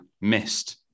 missed